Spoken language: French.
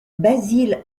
basil